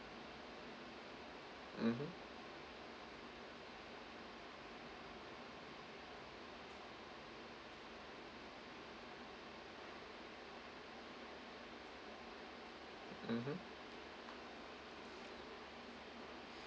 mmhmm mmhmm